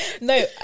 No